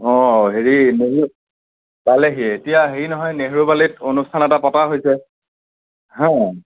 অ' হেৰি মই পালেহিয়েই এতিয়া হেৰি নহয় নেহেৰুবালিত অনুষ্ঠান এটা পতা হৈছে হা